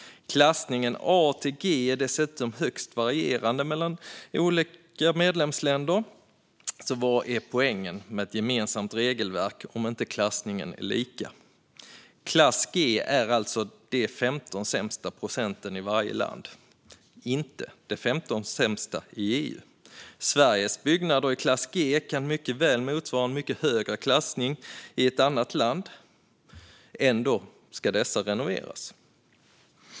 Klassningen A till G är varierar dessutom mycket mellan olika medlemsländer, och vad är poängen med ett gemensamt regelverk om klassningen inte är lika? Klass G är alltså de 15 sämsta procenten i varje land, inte de 15 sämsta procenten i EU. Sveriges byggnader i klass G kan alltså mycket väl motsvara en mycket högre klassning i ett annat land. Ändå ska de renoveras.